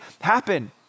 happen